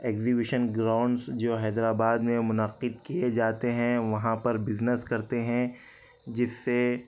exhibition grounds جو حیدرآباد میں منعقد کئے جاتے ہیں وہاں پر بزنس کرتے ہیں جس سے